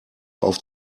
auf